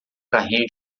carrinho